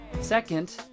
Second